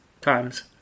times